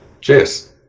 Cheers